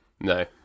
No